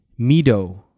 Mido